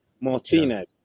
Martinez